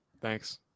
thanks